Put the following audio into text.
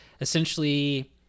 Essentially